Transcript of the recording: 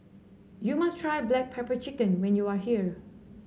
you must try Black Pepper Chicken when you are here